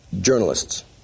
journalists